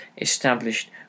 established